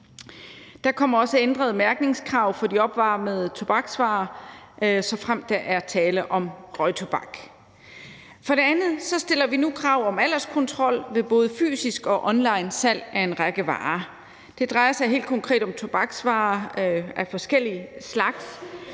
Der kommer også ændrede mærkningskrav for de opvarmede tobaksvarer, såfremt der er tale om røgtobak. For det andet stiller vi nu krav om alderskontrol ved både fysisk og online salg af en række varer. Det drejer sig helt konkret om tobaksvarer af forskellig slags,